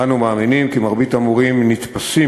אנו מאמינים כי מרבית המורים נתפסים